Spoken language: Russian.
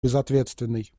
безответственный